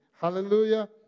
Hallelujah